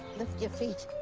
lift your feet.